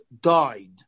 died